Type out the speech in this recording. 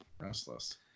restless